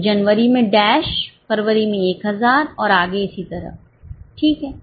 तो जनवरी में डैश फरवरी में 1000 और आगे इसी तरह ठीक है